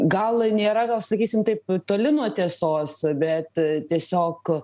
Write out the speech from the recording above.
gal nėra gal sakysim taip toli nuo tiesos bet tiesiog